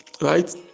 right